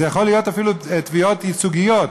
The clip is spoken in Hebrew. זה יכול להיות אפילו תביעות ייצוגיות,